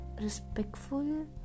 respectful